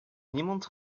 niemand